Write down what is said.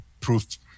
proof